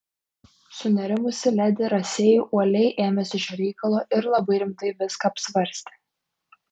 sunerimusi ledi rasei uoliai ėmėsi šio reikalo ir labai rimtai viską apsvarstė